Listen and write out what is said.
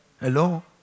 Hello